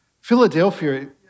Philadelphia